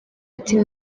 ati